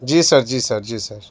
جی sir جی sir جی سر